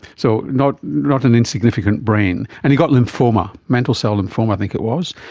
so not not an insignificant brain, and he got lymphoma, mantle cell lymphoma i think it was.